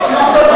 מקודש,